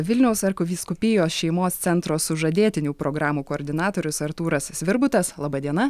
vilniaus arkivyskupijos šeimos centro sužadėtinių programų koordinatorius artūras svirbutas laba diena